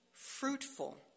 Fruitful